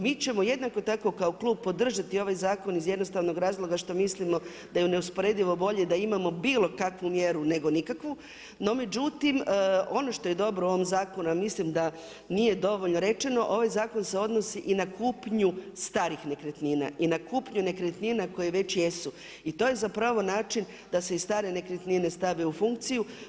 Mi ćemo jednako tako kao Klub podržati ovaj zakon, iz jednostavnog razloga, što mislimo da je neusporedivo bolje da imamo bilo kakvu mjeru nego nikakvu, no međutim ono što je dobro u ovom zakonu, a mislim da nije dovoljno rečeno, ovaj zakon se odnosi i na kupnju starih nekretnina i na kupnju nekretnina koji već jesu i to je zapravo način da se i stare nekretnine stave u funkciju.